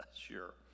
sure